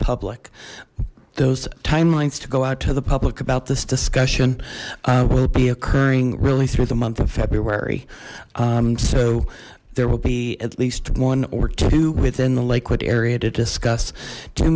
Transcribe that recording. public those timelines to go out to the public about this discussion will be occurring really through the month of february so there will be at least one or two within the liquid area to discuss